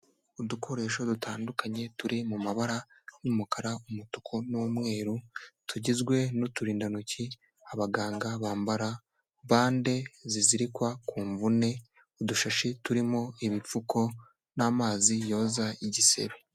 Udukoresho dutandukanye turi mu mabara y'umukara, umutuku n'umweru, tugizwe n'uturindantoki abaganga bambara, bande zizirikwa ku mvune, udushashi turimo ibipfuko n'amazi yoza igisebe.